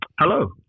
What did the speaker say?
Hello